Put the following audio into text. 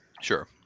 Sure